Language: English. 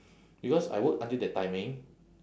because I work until that timing